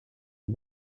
who